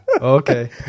Okay